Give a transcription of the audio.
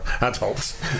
adults